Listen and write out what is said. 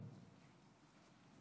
בבקשה.